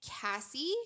Cassie